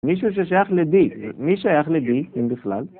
מישהו ששייך לדי, מי שייך לדי אם בכלל?